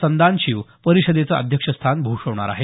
संदानशिव परिषदेचं अध्यक्षस्थान भूषवणार आहेत